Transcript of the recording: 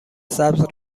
سبز